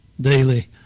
daily